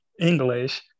English